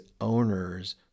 owners